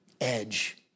edge